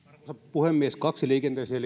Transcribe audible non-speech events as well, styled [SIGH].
puhemies kaksi liikenteeseen [UNINTELLIGIBLE]